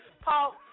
Paul